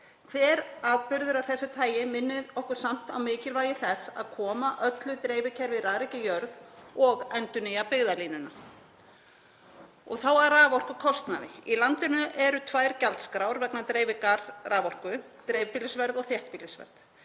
Hver atburður af þessu tagi minnir okkur samt á mikilvægi þess að koma öllu dreifikerfi Rariks í jörð og endurnýja byggðalínuna. Þá að raforkukostnaði. Í landinu eru tvær gjaldskrár vegna dreifingar raforku; dreifbýlisverð og þéttbýlisverð.